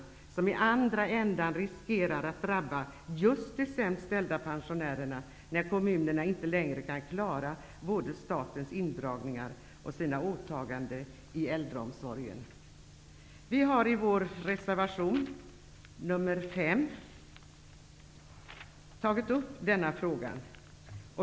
Risken är att detta i andra änden drabbar just de sämst ställda pensionärerna, när kommunerna inte längre kan klara både statens indragningar och sina åtaganden i äldreomsorgen. Vi har i vår reservation nr 5 tagit upp denna fråga.